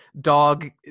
dog